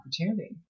opportunity